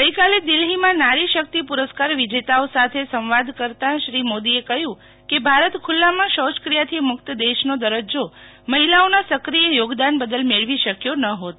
ગઈકાલે દિલ્હીમાં નારી શક્તિ પુરસ્કાર વિજેતાઓ સાથે સંવાદ કરતાં શ્રી મોદીએ કહ્યું કે ભારત ખૂલ્લામાં શૌચક્રિયાથી મુક્ત દેશનો દરજ્જો મહિલાઓના સક્રિય યોગદાન બદલ મેળવી શક્યો નહીત